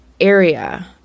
area